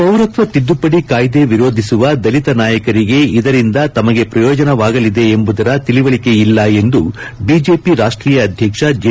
ಪೌರತ್ವ ತಿದ್ಲುಪಡಿ ಕಾಯ್ದೆ ವಿರೋದಿಸುವ ದಲತ ನಾಯಕರಿಗೆ ಇದರಿಂದ ತಮಗೆ ಪ್ರಯೋಜನವಾಗಲಿದೆ ಎಂಬುದರ ತಿಳವಳಿಕೆಯಿಲ್ಲ ಎಂದು ಬಿಜೆಪಿ ರಾಷ್ಟೀಯ ಅಧ್ಯಕ್ಷ ಜೆ